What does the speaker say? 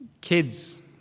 Kids